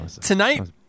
Tonight